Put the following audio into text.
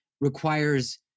requires